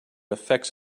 affects